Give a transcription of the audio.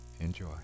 enjoy